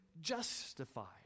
justified